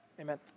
Amen